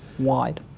wide.